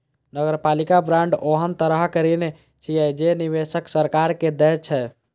नगरपालिका बांड ओहन तरहक ऋण छियै, जे निवेशक सरकार के दै छै